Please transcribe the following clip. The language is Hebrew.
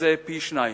שזה פי-שניים.